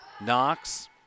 Knox